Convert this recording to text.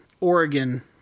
Oregon